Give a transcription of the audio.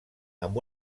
amb